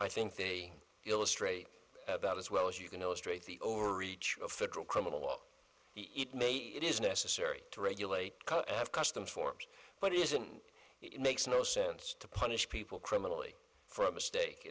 i think they illustrate about as well as you can illustrate the overreach of federal criminal law it is necessary to regulate customs forms but isn't it makes no sense to punish people criminally for a mistake